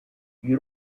you